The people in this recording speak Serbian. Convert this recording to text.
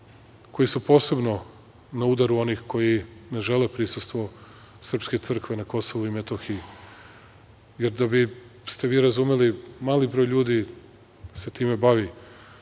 koji su posebno na udaru onih koji ne žele prisustvo srpske crkve na Kosovu i Metohiji jer da biste vi razumeli, mali broj ljudi se time bavi